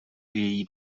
její